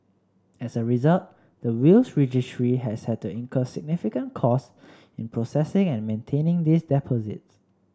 as a result the Wills Registry has had to incur significant costs in processing and maintaining these deposits